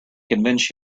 convince